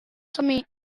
semi